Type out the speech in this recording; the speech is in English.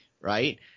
right